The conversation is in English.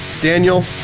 Daniel